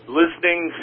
listening